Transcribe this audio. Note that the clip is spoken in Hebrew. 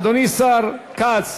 אדוני השר כץ,